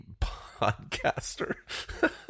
podcaster